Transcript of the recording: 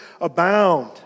abound